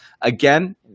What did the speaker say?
Again